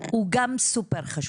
גם סופר חשוב.